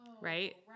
Right